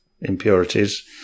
impurities